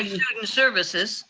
ah student services.